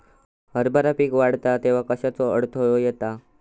हरभरा पीक वाढता तेव्हा कश्याचो अडथलो येता?